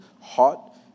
hot